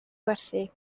werthu